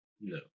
no